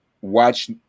watch